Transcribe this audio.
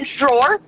drawer